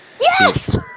Yes